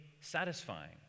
satisfying